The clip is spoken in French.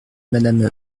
madame